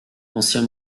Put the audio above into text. ancien